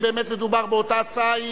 אם באמת מדובר באותה הצעה,